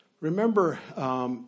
remember